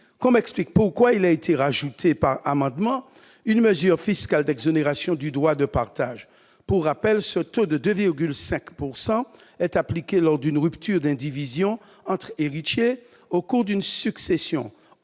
m'explique pourquoi il a été ajouté par amendement une mesure fiscale d'exonération de droit de partage. Pour rappel, ce taux de 2,5 % est appliqué lors d'une rupture d'indivision entre héritiers au cours d'une succession,